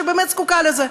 שבאמת זקוקה לזה.